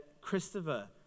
Christopher